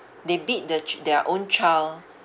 they beat the ch~ their own child